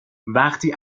وقتی